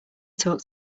talk